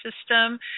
system